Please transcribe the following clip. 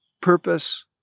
purpose